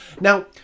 Now